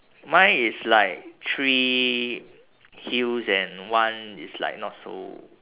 mine is like three hills and one it's like not so